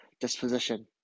disposition